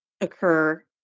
occur